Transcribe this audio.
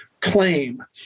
claim